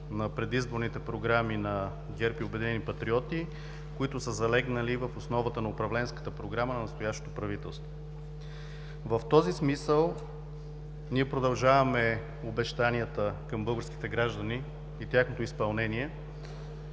на предизборните програми на ГЕРБ и „Обединени патриоти“, които са залегнали в основата на Управленската програма на настоящето правителство. В този смисъл ние продължаваме изпълнението на обещанията към българските граждани. Основен